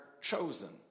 chosen